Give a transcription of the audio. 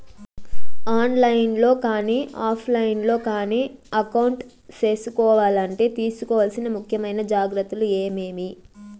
On line లో కానీ offline లో కానీ అకౌంట్ సేసుకోవాలంటే తీసుకోవాల్సిన ముఖ్యమైన జాగ్రత్తలు ఏమేమి?